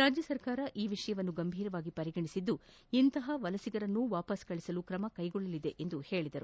ರಾಜ್ಯ ಸರ್ಕಾರ ಈ ವಿಷಯವನ್ನು ಗಂಭೀರವಾಗಿ ಪರಿಗಣಿಸಿದ್ದು ಇಂತಹ ವಲಸಿಗರನ್ನೂ ವಾಪಸ್ ಕಳುಹಿಸಲು ಕ್ರಮ ಕೈಗೊಳ್ಳಲಿದೆ ಎಂದು ಹೇಳಿದರು